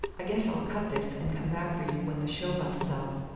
i guess i'll cut this and come back for you when the show busts up.